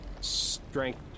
strength